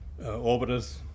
orbiters